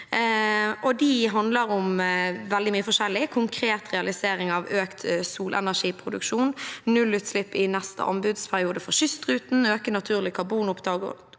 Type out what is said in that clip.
om veldig mye forskjellig: konkret realisering av økt solenergiproduksjon, nullutslipp i neste anbudsperiode for Kystruten, øke naturlig karbonopptak